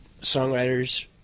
songwriters